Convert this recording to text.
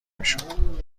میشد